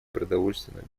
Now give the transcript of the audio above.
продовольственную